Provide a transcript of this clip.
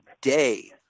day